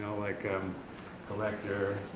ah like um collector,